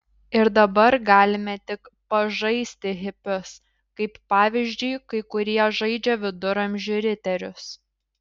ir dabar galime tik pažaisti hipius kaip pavyzdžiui kai kurie žaidžia viduramžių riterius